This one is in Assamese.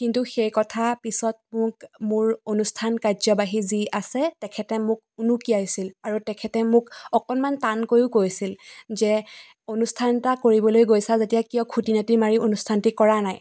কিন্তু সেই কথা পিছত মোক মোৰ অনুষ্ঠান কাৰ্যবাহী যি আছে তেখেতে মোক উনুকিয়াইছিল আৰু তেখেতে মোক অকণমান টানকৈও কৈছিল যে অনুষ্ঠান এটা কৰিবলৈ গৈছা যেতিয়া কিয় খুটিনাটি মাৰি অনুষ্ঠানটো কৰা নাই